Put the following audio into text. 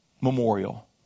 Memorial